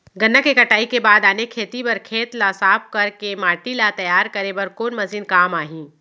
गन्ना के कटाई के बाद आने खेती बर खेत ला साफ कर के माटी ला तैयार करे बर कोन मशीन काम आही?